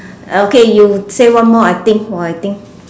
okay you say one more I think or I think